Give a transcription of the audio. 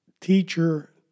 teacher